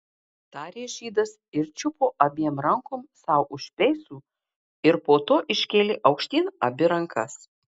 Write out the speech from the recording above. tarė žydas ir čiupo abiem rankom sau už peisų ir po to iškėlė aukštyn abi rankas